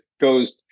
goes